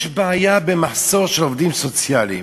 יש בעיית מחסור של עובדים סוציאליים.